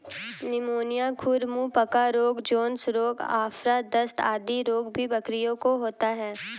pneumonia, खुर मुँह पका रोग, जोन्स रोग, आफरा, दस्त आदि रोग भी बकरियों को होता है